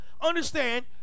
understand